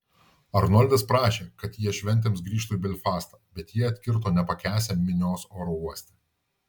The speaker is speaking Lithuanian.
arnoldas prašė kad jie šventėms grįžtų į belfastą bet jie atkirto nepakęsią minios oro uoste